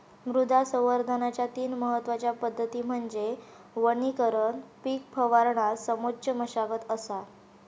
मृदा संवर्धनाच्या तीन महत्वच्या पद्धती म्हणजे वनीकरण पीक फिरवणा समोच्च मशागत असा